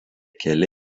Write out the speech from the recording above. keli